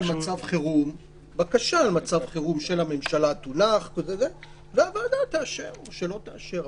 מצב חירום של הממשלה תונח..." ושהוועדה תאשר או לא תאשר.